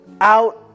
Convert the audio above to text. out